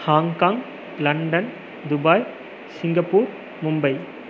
Hong Kong London Dubai Singapore Mumbai